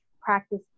practice